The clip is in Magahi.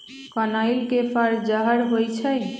कनइल के फर जहर होइ छइ